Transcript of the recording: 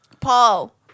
Paul